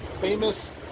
Famous